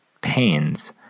pains